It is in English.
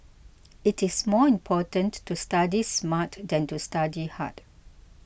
it is more important to study smart than to study hard